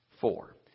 Four